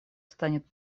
станет